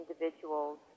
individuals